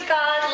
God